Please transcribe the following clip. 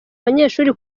abanyeshuri